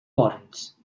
wardens